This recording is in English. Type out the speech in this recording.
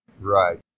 Right